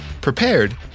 prepared